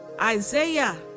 Isaiah